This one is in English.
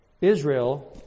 Israel